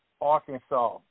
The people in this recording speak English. Arkansas